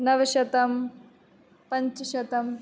नवशतं पञ्चशतम्